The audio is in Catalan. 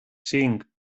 cinc